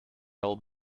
will